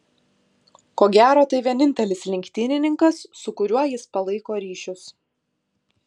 ko gero tai vienintelis lenktynininkas su kuriuo jis palaiko ryšius